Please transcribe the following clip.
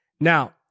Now-